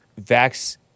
vax